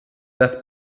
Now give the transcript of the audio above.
das